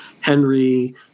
Henry